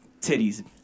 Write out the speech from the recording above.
titties